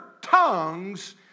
tongues